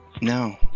no